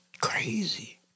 crazy